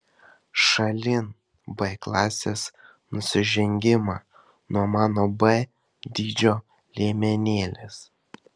šalin b klasės nusižengimą nuo mano b dydžio liemenėlės